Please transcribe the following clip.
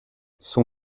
son